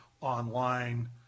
online